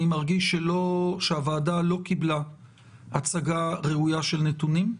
אני מרגיש שהוועדה לא קיבלה הצגה ראויה של נתונים.